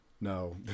No